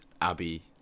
Abby